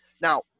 Now